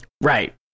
Right